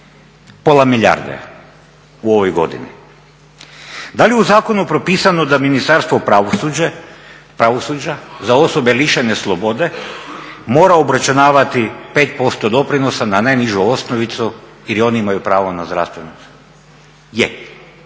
Pola milijarde u ovoj godini. Da li je u zakonu propisano da Ministarstvo pravosuđa za osobe lišene slobode mora obračunavati 5% doprinosa na najnižu osnovicu jer i oni imaju pravo na zdravstveno? Je,